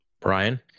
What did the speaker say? Brian